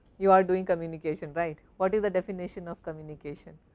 you are doing communication, right? what is the definition of communication?